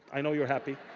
i know you're happy.